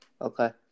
Okay